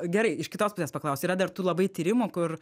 gerai iš kitos pusės paklausiu yra dar tų labai tyrimų kur